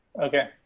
Okay